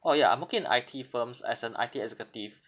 orh ya I'm working in I_T firms as an I_T executive